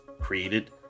created